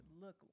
look